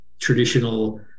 traditional